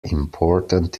important